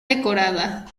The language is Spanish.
decorada